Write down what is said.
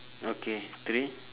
okay three